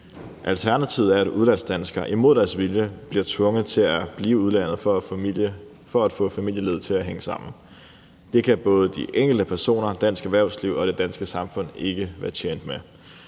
Alternativet er, at udlandsdanskere imod deres vilje bliver tvunget til at blive i udlandet for at få familielivet til at hænge sammen. Det kan både de enkelte personer, dansk erhvervsliv og det danske samfund ikke være tjent med.